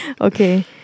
Okay